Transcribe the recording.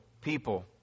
people